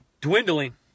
dwindling